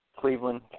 Cleveland